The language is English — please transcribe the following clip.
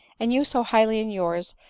and you so highly in yours,